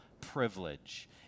privilege